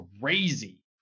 crazy